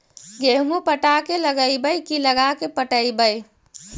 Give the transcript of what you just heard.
गेहूं पटा के लगइबै की लगा के पटइबै?